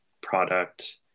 product